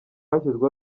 hashyizweho